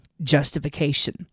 justification